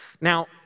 Now